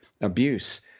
abuse